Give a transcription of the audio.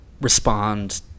respond